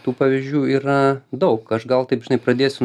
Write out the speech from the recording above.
tų pavyzdžių yra daug aš gal taip žinai pradėsiu